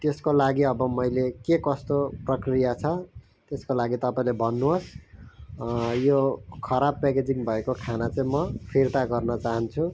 त्यसको लागि अब मैले के कस्तो प्रकिया छ त्यसको लागि तपाईँले भन्नुहोस् यो खराब प्याकेजिङ भएको खाना चाहिँ म फिर्ता गर्न चहान्छु